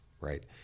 right